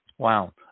Wow